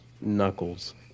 Knuckles